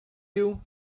you